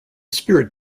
spirit